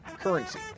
currency